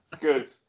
Good